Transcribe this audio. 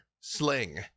sling